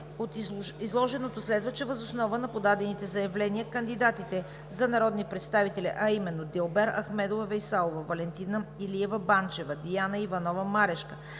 От изложеното следва, че въз основа на подадените заявления от кандидатите за народни представители, а именно: Дилбер Ахмедова Вейсалова; Валентина Илиева Банчева; Диана Иванова Марешка;